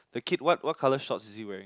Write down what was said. the kid what what colour shorts is he wearing